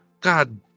God